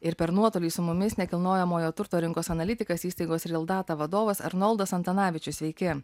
ir per nuotolį su mumis nekilnojamojo turto rinkos analitikas įstaigos real data vadovas arnoldas antanavičius sveiki